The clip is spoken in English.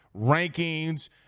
rankings